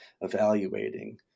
evaluating